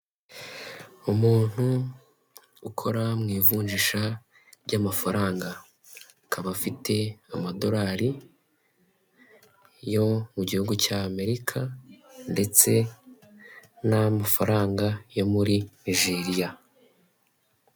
Umukandida wiyamamariza kuba perezida wa repubulika w'ishyaka rya green gurini pate Frank Habineza ari kwiyamamaza abanyamakuru bagenda bamufotora abamwungirije n'abamuherekeje bamugaragiye abaturage bitabiriye inyuma ya senyegi yaho ari bitabiriye baje kumva ibyo abagezaho.